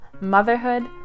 motherhood